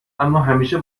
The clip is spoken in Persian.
اماهمیشه